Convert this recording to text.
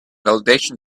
validation